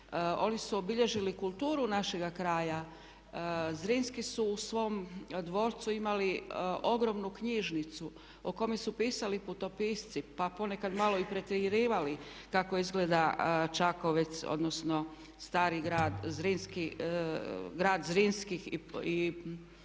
oni su obilježili kulturu našega kraja. Zrinski su u svom dvorcu imali ogromnu knjižnicu o kojoj su pisali putopisci pa ponekad malo i pretjerivali kako izgleda Čakovec odnosno Stari grad Zrinski, grad